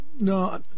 no